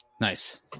Nice